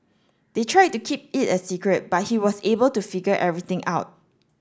they tried to keep it a secret but he was able to figure everything out